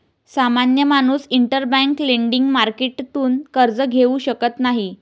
सामान्य माणूस interbank lending मार्केटतून कर्ज घेऊ शकत नाही